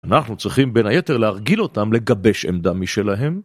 אנחנו צריכים בין היתר להרגיל אותם לגבש עמדה משלהם